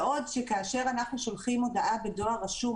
בעוד כאשר אנחנו שולחים הודעה בדואר רשום,